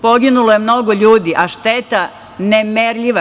Poginulo je mnogo ljudi, a šteta nemerljiva.